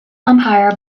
umpire